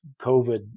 COVID